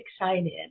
excited